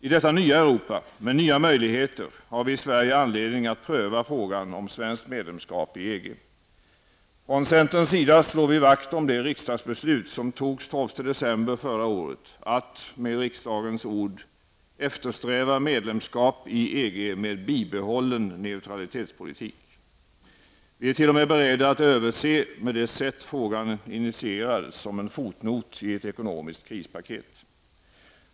I detta nya Europa, med nya möjligheter, har vi i Sverige anledning att pröva frågan om svenskt medlemskap i EG. Från centerns sida slår vi vakt om det riksdagsbeslut som fattades den 12 ''eftersträva medlemskap i EG med bibehållen neutralitetspolitik''. Vi är t.o.m. beredda att överse med det sätt på vilket frågan initierades -- som en fotnot i ett ekonomiskt krispaket.